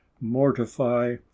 mortify